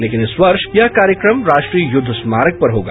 लेकिन इस वर्ष यह कार्यक्रम राष्ट्रीय युद्ध स्मारक पर होगा